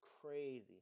crazy